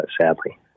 sadly